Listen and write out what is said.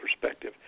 perspective